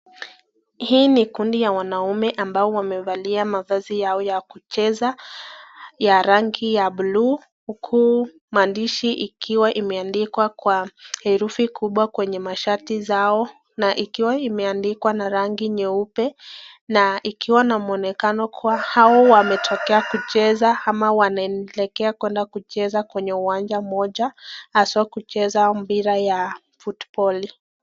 Hili ni kundi la wanaume ambao wamevalia mavazi yao ya kucheza ya rangi ya bluu, huku mandishi ikiwa imeandikwa kwa herufi kubwa kwenye mashati zao, na ikiwa imeandikwa na rangi nyeupe, na ikiwa na mwonekano kuwa hao wametokea kucheza ama wanaelekea kwenda kucheza kwenye uwanja moja, haswa kucheza mpira ya futboli.